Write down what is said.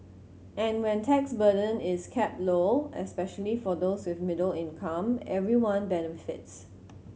and when tax burden is kept low especially for those with middle income everyone benefits